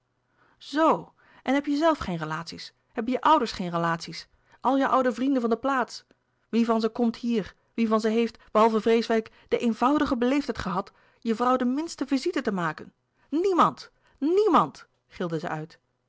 zoo en heb jij zelf geen relaties hebben je ouders geen relaties al je oude vrienden van de plaats wie van ze komt hier wie van ze heeft behalve vreeswijck de eenvoudige beleefdheid gehad je vrouw de minste visite te maken niemand niemand gilde zij uit